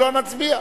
אם לא, נצביע.